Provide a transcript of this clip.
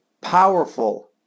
powerful